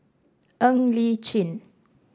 Ng Li Chin